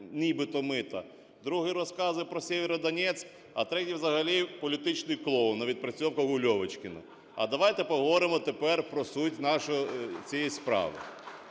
нібито мита, другий розказує проСєвєродонецьк, а третій взагалі політичний клоун на відпрацьовках у Льовочкіна. А давайте поговоримо тепер про суть цієї справи.